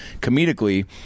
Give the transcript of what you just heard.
comedically